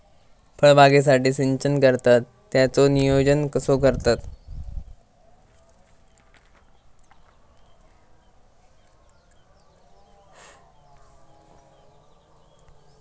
फळबागेसाठी सिंचन करतत त्याचो नियोजन कसो करतत?